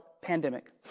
pandemic